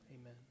amen